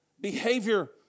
behavior